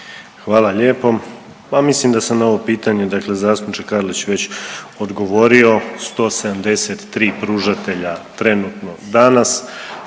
Hvala lijepo. Pa mislim da sam na ovo pitanje dakle zastupniče Karlić već odgovorio. 173 pružatelja trenutno danas,